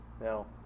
now